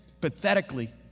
pathetically